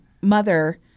mother